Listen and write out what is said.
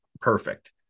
perfect